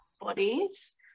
bodies